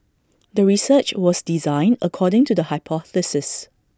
the research was designed according to the hypothesis